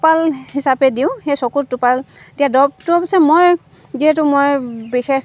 টোপাল হিচাপে দিওঁ সেই চকুৰ টোপাল এতিয়া দৰৱটো হৈছে মই যিহেতু মই বিশেষ